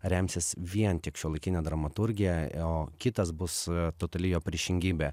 remsis vien tik šiuolaikine dramaturgija o kitas bus totali jo priešingybė